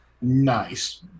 Nice